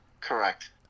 Correct